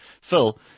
Phil